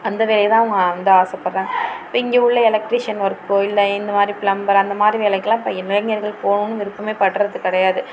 அந்த வேலையை தான் அவங்க வந்து ஆசைப்படுறாங்க இப்போ இங்கே உள்ள எலக்ட்ரிஷன் ஒர்க்கோ இல்லை இந்த மாதிரி பிளம்பர் அந்த மாதிரி வேலைக்கிலாம் இப்போ இளைஞர்கள் போவணுன்னு விருப்பமேப்பட்றது கிடையாது